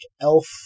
elf